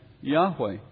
Yahweh